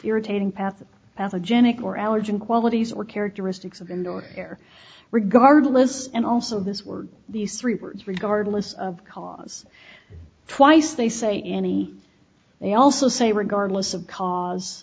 irritating path pathogenic or allergen qualities or characteristics of indoor air regardless and also this word these three words regardless of cause twice they say any they also say regardless of cause